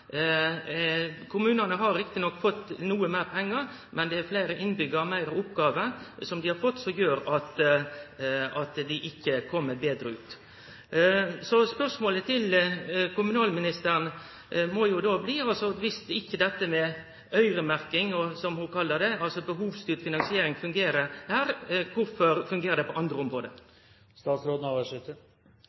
Kommunane har riktignok fått noko meir pengar, men fleire innbyggjarar og fleire oppgåver som dei har fått, gjer at dei ikkje kjem betre ut. Spørsmålet til kommunalministeren må då bli: Dersom ikkje dette med øyremerking, som ho kallar det, altså behovsstyrt finansiering, fungerer her, kvifor fungerer det på andre område? Under denne regjeringa har